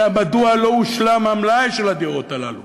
אלא מדוע לא הושלם המלאי של הדירות הללו,